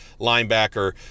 linebacker